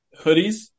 Hoodies